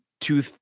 two